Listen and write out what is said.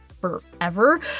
forever